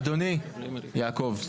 אדוני יעקב,